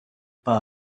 pas